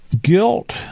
guilt